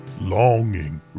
longing